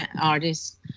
artists